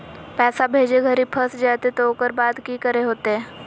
पैसा भेजे घरी फस जयते तो ओकर बाद की करे होते?